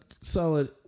solid